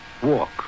walk